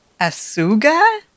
Asuga